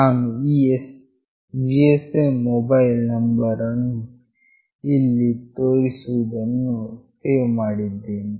ನಾನು ಈ GSM mobile number ಅನ್ನು ಇದರಲ್ಲಿ ತೋರಿಸಿರುವುದನ್ನು ಸೇವ್ ಮಾಡಿದ್ದೇನೆ